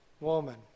woman